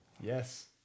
Yes